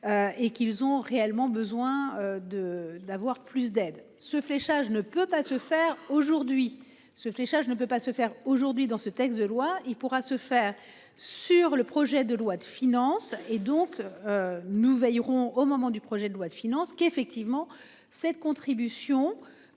Ce fléchage ne peut pas se faire aujourd'hui ce fléchage ne peut pas se faire aujourd'hui dans ce texte de loi, il pourra se faire sur le projet de loi de finances et donc. Nous veillerons au moment du projet de loi de finances qu'effectivement cette contribution